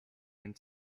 and